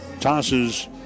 tosses